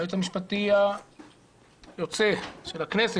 היועץ המשפטי היוצא של הכנסת,